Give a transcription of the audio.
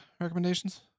recommendations